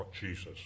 Jesus